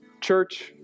Church